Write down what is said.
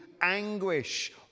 anguish